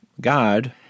God